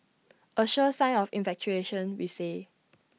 A sure sign of infatuation we say